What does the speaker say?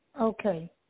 Okay